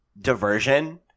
diversion